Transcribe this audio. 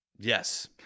Yes